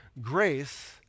Grace